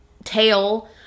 tail